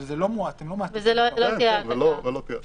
אבל אתם לא --- להגביל את זה מבית עסק.